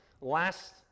Last